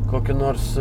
kokį nors